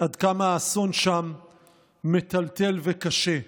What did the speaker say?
עד כמה האסון שם מטלטל וקשה.